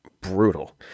brutal